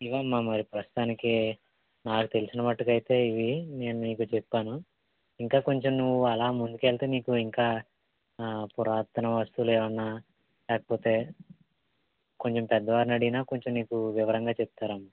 అమ్మ ఇదిగో అమ్మ మరి ప్రస్తుతానికి నాకు తెలిసిన మట్టుకైతే ఇవి నేను నీకు చెప్పాను ఇంకా కొంచెం నువ్వు అలా ముందుకు వెళ్తే నీకు ఇంకా ఆ పురాతన వస్తువులు ఏవైనా లేకపోతే కొంచెం పెద్దవారిని అడిగినా కొంచెం నీకు వివరంగా చెప్తారమ్మ